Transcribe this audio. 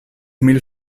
mil